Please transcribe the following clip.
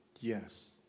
Yes